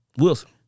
Wilson